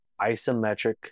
isometric